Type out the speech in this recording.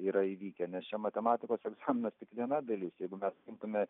yra įvykę nes čia matematikos egzaminas tik viena dalis jeigu imtume